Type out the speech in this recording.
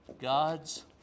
God's